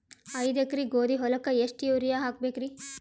ಐದ ಎಕರಿ ಗೋಧಿ ಹೊಲಕ್ಕ ಎಷ್ಟ ಯೂರಿಯಹಾಕಬೆಕ್ರಿ?